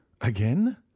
again